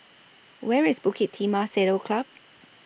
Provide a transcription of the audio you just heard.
Where IS Bukit Timah Saddle Club